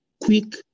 quick